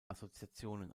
assoziationen